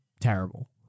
Terrible